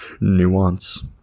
nuance